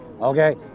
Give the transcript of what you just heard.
Okay